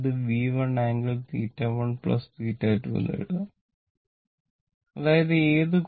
ഇത് V1 angle θ1 θ2 എന്ന് എഴുതാം അതായത് ഏത് കോണും ejθ എന്ന് എഴുതാം